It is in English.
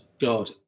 God